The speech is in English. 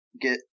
get